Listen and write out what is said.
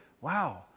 wow